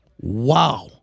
Wow